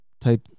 type